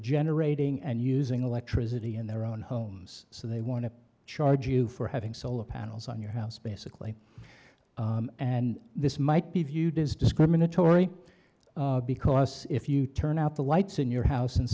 generating and using electricity in their own homes so they want to charge you for having solar panels on your house basically and this might be viewed as discriminatory because if you turn out the lights in your house and